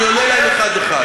אני עונה להם אחד-אחד.